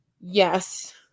yes